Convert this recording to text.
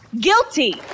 guilty